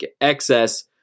excess